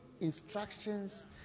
instructions